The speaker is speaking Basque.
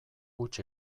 huts